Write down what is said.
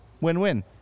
Win-win